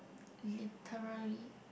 literally